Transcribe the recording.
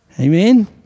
Amen